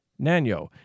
Nanyo